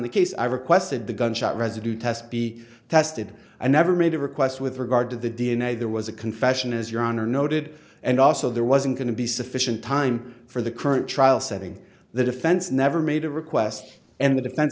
the case i requested the gunshot residue test be tested and never made a request with regard to the d n a there was a confession as your honor noted and also there wasn't going to be sufficient time for the current trial setting the defense never made a request and the defen